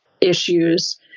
issues